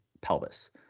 pelvis